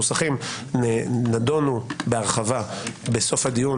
נדונו בהרחבה בסוף הדיון